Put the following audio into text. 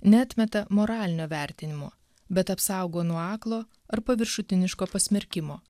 neatmeta moralinio vertinimo bet apsaugo nuo aklo ar paviršutiniško pasmerkimo